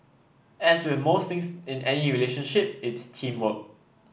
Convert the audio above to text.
as with most things in any relationship it's teamwork